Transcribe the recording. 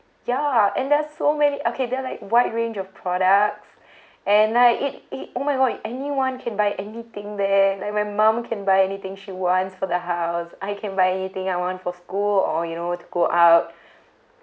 ya and there are so many okay there're like wide range of products and like it it oh my god anyone can buy anything there like my mum can buy anything she wants for the house I can buy anything I want for school or you know to go out